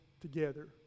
together